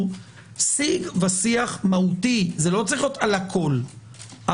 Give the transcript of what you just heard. שיג ושיח מהותי לא צריך להיות על הכול,